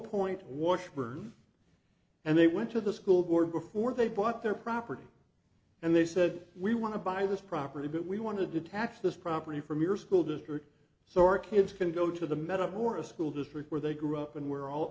point washburn and they went to the school board before they bought their property and they said we want to buy this property but we wanted to tax this property from your school district so our kids can go to the met up for a school district where they grew up and where all